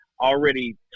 already